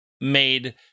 made